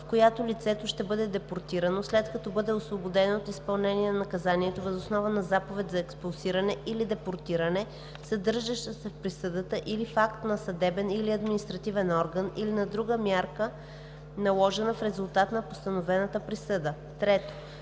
в която лицето ще бъде депортирано, след като бъде освободено от изпълнение на наказанието въз основа на заповед за експулсиране или депортиране, съдържаща се в присъдата или в акт на съдебен или административен орган, или на друга мярка, наложена в резултат на постановената присъда; 3.